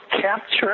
capture